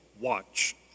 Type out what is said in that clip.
watch